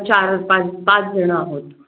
चार पाच पाच जण आहोत